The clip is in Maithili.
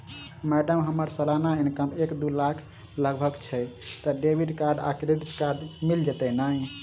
मैडम हम्मर सलाना इनकम एक दु लाख लगभग छैय तऽ डेबिट कार्ड आ क्रेडिट कार्ड मिल जतैई नै?